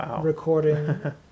recording